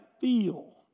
feel